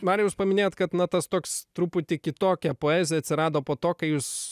mariau jūs paminėjot kad na tas toks truputį kitokia poezija atsirado po to kai jūs